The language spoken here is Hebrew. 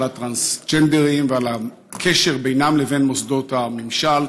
הטרנסג'נדרים ועל הקשר בינם לבין מוסדות הממשל.